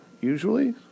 usually